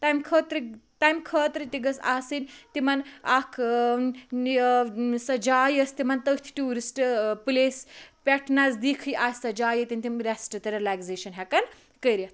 تمہِ خٲطرِ تمہٕ خٲطرٕ تہٕ گٔژھ آسٕنۍ تِمَن اکھ سۄ جاے یۄس تِمَن تٔتھ ٹیورسٹ پٕلیس پٮ۪ٹھ نَذدیٖکھٕے آسہِ سۄ جاے ییٚتٮ۪ن تِم ریٚسٹ تہٕ رِلیگزیشَن ہیٚکَن کٔرِتھ